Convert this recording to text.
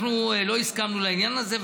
אנחנו לא הסכמנו לעניין הזה.